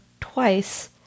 twice